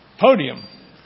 podium